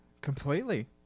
completely